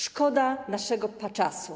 Szkoda naszego czasu.